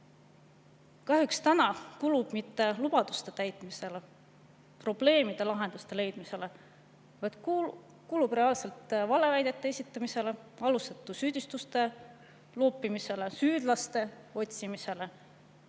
ei kulu kahjuks mitte lubaduste täitmisele ja probleemidele lahenduste leidmisele, vaid reaalselt valeväidete esitamisele, alusetute süüdistuste loopimisele, süüdlaste otsimisele.